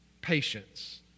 patience